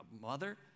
mother